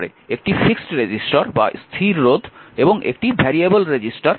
হয় একটি স্থির রোধ বা একটি পরিবর্তনশীল রোধ প্রকার ডান